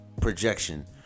projection